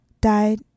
died